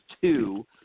two